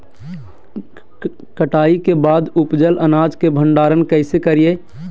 कटाई के बाद उपजल अनाज के भंडारण कइसे करियई?